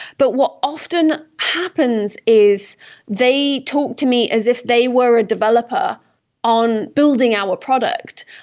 but what often happens is they talk to me as if they were a developer on building our product,